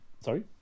Sorry